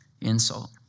insult